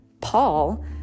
Paul